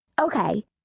Okay